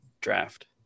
draft